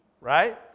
right